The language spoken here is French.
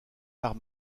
art